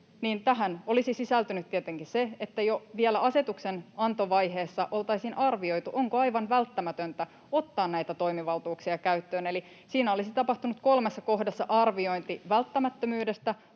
tähän olisi sisältynyt tietenkin se, että vielä asetuksenantovaiheessa oltaisiin arvioitu, onko aivan välttämätöntä ottaa näitä toimivaltuuksia käyttöön, eli siinä olisi tapahtunut kolmessa kohdassa arviointi välttämättömyydestä,